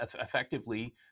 effectively